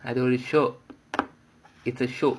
அது ஒரு:adhu oru show it's a show